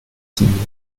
signées